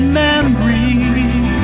memories